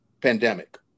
pandemic